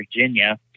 Virginia